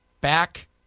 back